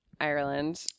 Ireland